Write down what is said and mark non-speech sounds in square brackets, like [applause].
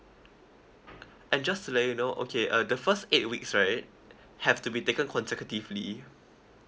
[breath] and just to let you know okay uh the first eight weeks right have to be taken consecutively